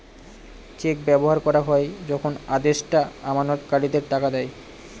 check ব্যবহার করা হয় যখন আদেষ্টা আমানতকারীদের টাকা দেয়